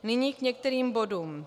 Nyní k některým bodům.